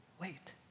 Wait